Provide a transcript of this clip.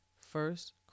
First